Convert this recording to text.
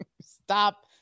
Stop